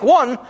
one